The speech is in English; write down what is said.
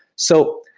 so,